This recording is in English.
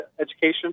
education